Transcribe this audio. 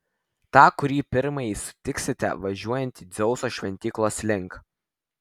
tą kurį pirmąjį sutiksite važiuojantį dzeuso šventyklos link